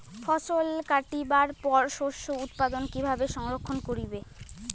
ফছল কাটিবার পর শস্য উৎপাদন কিভাবে সংরক্ষণ করিবেন?